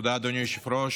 תודה, אדוני היושב-ראש.